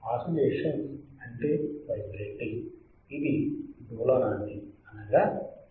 oscillations అంటే vibrating ఇది డోలనాన్ని అనగా చలనాన్ని కూడా కలిగిస్తుంది